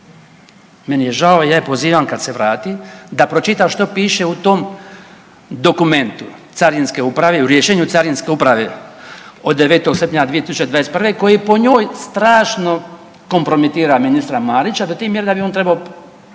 Meni je žao i ja je pozivam kad se vrati da pročita što piše u tom dokumentu Carinske uprave u rješenju Carinske uprave od 9. srpnja 2021. Koji po njoj strašno kompromitira ministra Marića do te